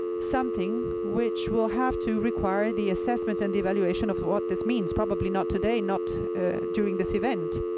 something which will have to require the assessment and evaluation of what this means. probably not today, not during this event.